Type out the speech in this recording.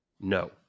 No